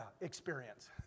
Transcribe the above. experience